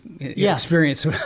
experience